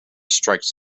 strikes